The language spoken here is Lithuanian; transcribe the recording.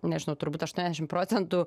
nežinau turbūt aštuoniasdešim procentų